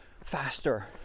faster